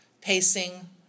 pacing